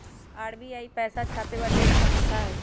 RBI पैसा छापे वाली एक संस्था हई